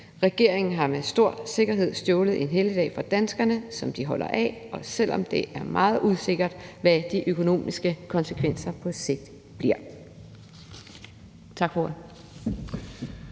Regeringen har med stor sikkerhed stjålet en helligdag fra danskerne, som de holder af, også selv om det er meget usikkert, hvad de økonomiske konsekvenser på sigt bliver. Tak for ordet.